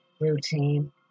routine